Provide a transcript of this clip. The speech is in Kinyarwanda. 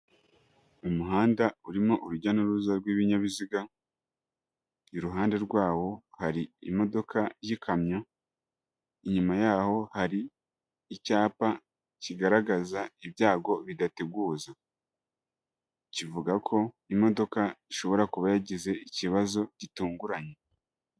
Umuhanda urimo urujya n'uruza rw'ibinyabiziga, iruhande rwawo hari imodoka y'ikamyo, inyuma yaho hari icyapa kigaragaza ibyago bidateguza, kivuga ko imodoka ishobora kuba yagize ikibazo gitunguranye.